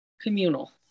communal